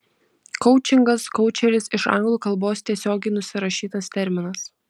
koučingas koučeris iš anglų kalbos tiesiogiai nusirašytas terminas